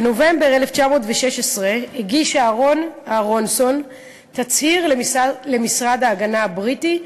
בנובמבר 1916 הגיש אהרן אהרונסון תצהיר למשרד ההגנה הבריטי,